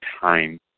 time